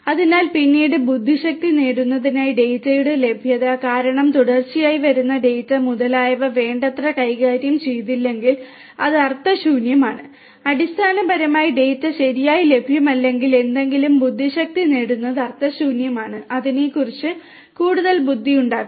അതിനാൽ പിന്നീട് ബുദ്ധിശക്തി നേടുന്നതിനായി ഡാറ്റയുടെ ലഭ്യത കാരണം തുടർച്ചയായി വരുന്ന ഡാറ്റ മുതലായവ വേണ്ടത്ര കൈകാര്യം ചെയ്തില്ലെങ്കിൽ അത് അർത്ഥശൂന്യമാണ് അടിസ്ഥാനപരമായി ഡാറ്റ ശരിയായി ലഭ്യമല്ലെങ്കിൽ എന്തെങ്കിലും ബുദ്ധിശക്തി നേടുന്നത് അർത്ഥശൂന്യമാണ് അതിനെക്കുറിച്ച് കൂടുതൽ ബുദ്ധി ഉണ്ടാക്കുക